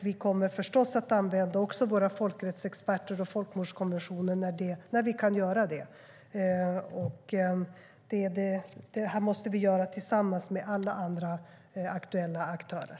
Vi kommer förstås att använda våra folkrättsexperter och folkmordskonventionen när vi kan. Vi måste göra detta tillsammans med alla andra aktuella aktörer.